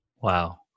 Wow